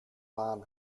waren